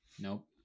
Nope